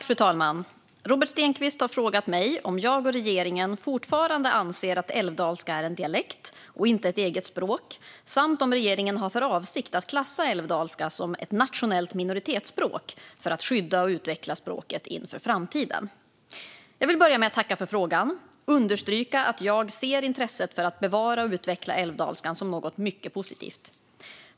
Fru talman! Robert Stenkvist har frågat mig om jag och regeringen fortfarande anser att älvdalska är en dialekt och inte ett eget språk och om regeringen har för avsikt att klassa älvdalska som ett nationellt minoritetsspråk för att skydda och utveckla språket inför framtiden. Jag vill börja med att tacka för frågan och understryka att jag ser intresset för att bevara och utveckla älvdalskan som något mycket positivt.